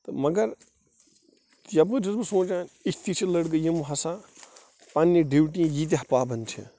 تہٕ مگر یپٲرۍ چھُس بہٕ سونٛچان یِتھۍ تہِ چھِ لٔڑکہٕ یِم ہسا پنٕنہِ ڈیوٗٹی ییٖتیٛاہ پابنٛد چھِ